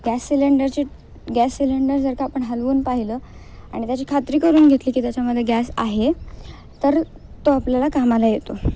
gas सिलेंडरची gas cylinder जर का आपण हालवून पाहिलं आणि त्याची खात्री करून घेतली की त्याच्यामध्ये गॅस आहे तर तो आपल्याला कामाला येतो